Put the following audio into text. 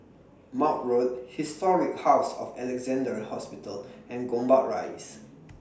Maude Road Historic House of Alexandra Hospital and Gombak Rise